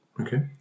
Okay